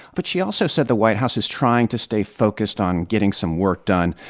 but she also said the white house is trying to stay focused on getting some work done.